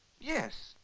Yes